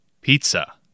Pizza